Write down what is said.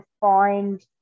find